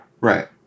Right